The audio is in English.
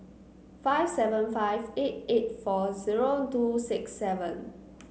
five seven five eight eight four zero two six seven